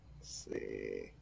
see